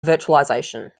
virtualization